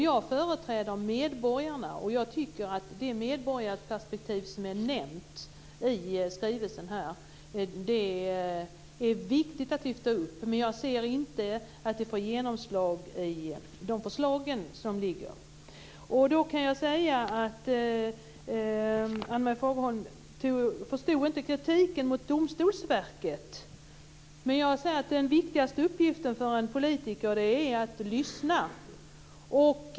Jag företräder medborgarna, och jag tycker att det medborgarperspektiv som är nämnt i skrivelsen är viktigt att lyfta upp, men jag ser inte att det får genomslag i de förslag som ligger. Ann-Marie Fagerström förstod inte kritiken mot Domstolsverket. Jag sade att den viktigaste uppgiften för en politiker är att lyssna.